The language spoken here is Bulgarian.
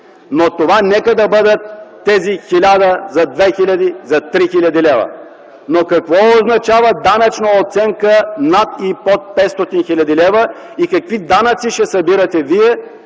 Това нека да бъдат тези 1000, за 2000, за 3000 лв. Какво означава данъчна оценка над и под 500 000 лв. и какви данъци ще събирате вие